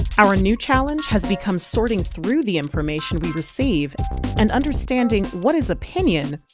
our new challenge has become sorting through the information we receive and understanding what is opinion,